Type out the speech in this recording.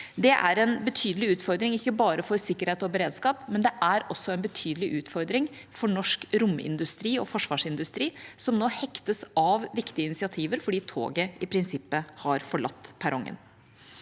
Det er en betydelig utfordring ikke bare for sikkerhet og beredskap, men det er også en betydelig utfordring for norsk romindustri og forsvarsindustri, som nå hektes av viktige initiativer fordi toget i prinsippet har forlatt perrongen.